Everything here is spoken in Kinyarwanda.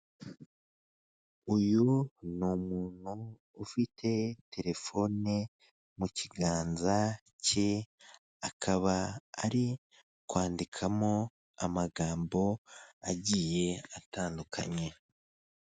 Uyu ni umuntu ufite telefone mu kiganza cye, akaba ari kwandikamo amagambo agiye atandukanye.